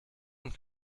und